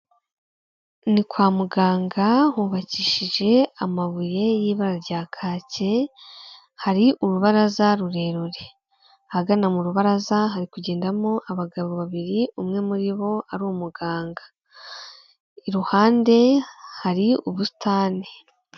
Ni kwa muganga, hubakishije amabuye y'ibara rya kake, hari urubaraza rurerure. Ahagana mu rubaraza hari kugendamo abagabo babiri, umwe muri bo ari umuganga, iruhande hari ubusitani.